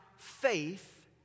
Faith